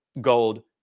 gold